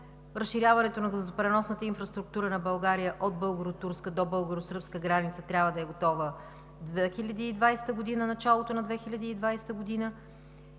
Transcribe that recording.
Разширяването на газопреносната инфраструктура на България от българо-турска до българо-сръбска граница трябва да е готово до началото на 2020 г.